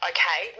Okay